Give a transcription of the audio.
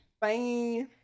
Bye